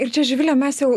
ir čia živile mes jau